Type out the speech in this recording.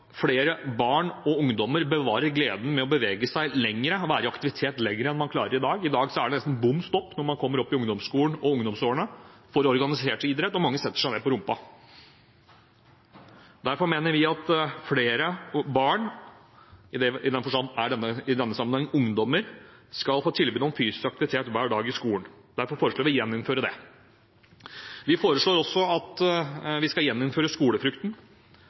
flere barn og ungdommer bevarer gleden ved å bevege seg og være i aktivitet lenger enn man klarer i dag. I dag er det nesten bom stopp for organisert idrett når man kommer opp i ungdomsskolen og ungdomsårene, og mange setter seg ned på rumpa. Derfor mener vi at flere barn, i denne sammenheng ungdommer, skal få tilbud om fysisk aktivitet hver dag i skolen. Derfor foreslår vi å gjeninnføre det. Vi foreslår også at vi skal gjeninnføre skolefrukten.